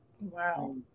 Wow